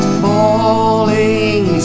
falling